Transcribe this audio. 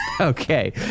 Okay